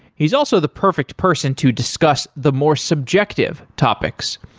he's also the perfect person to discuss the more subjective topics,